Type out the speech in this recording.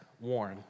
warn